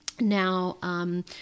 Now